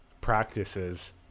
practices